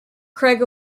craig